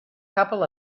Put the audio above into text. couple